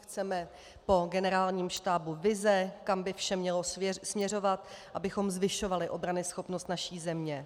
Chceme po Generálním štábu vize, kam by vše mělo směřovat, abychom zvyšovali obranyschopnost naší země.